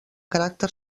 caràcter